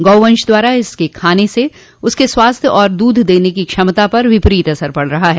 गौवंश द्वारा इसे खाने से उसके स्वास्थ्य और दूध देने की क्षमता पर विपरीत असर पड़ रहा है